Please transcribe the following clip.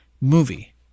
movie